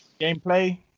gameplay